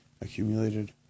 accumulated